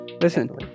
Listen